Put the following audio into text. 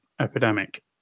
epidemic